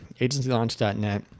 agencylaunch.net